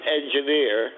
engineer